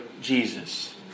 Jesus